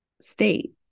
state